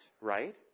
right